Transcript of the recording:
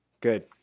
Good